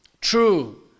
true